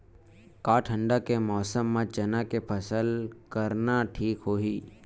का ठंडा के मौसम म चना के फसल करना ठीक होही?